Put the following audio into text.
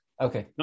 okay